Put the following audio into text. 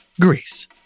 Greece